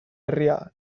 herria